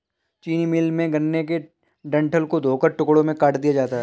चीनी मिल में, गन्ने के डंठल को धोकर टुकड़ों में काट दिया जाता है